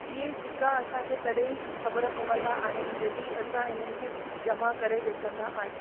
इहे सिका असांखे तॾहिं ख़बर पवंदा आहिनि जॾहिं असां हिननि खे जमा करे ॾिसंदा आहियूं